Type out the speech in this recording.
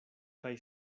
kaj